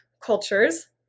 cultures